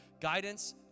guidance